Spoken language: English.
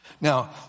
Now